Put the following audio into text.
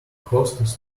hostess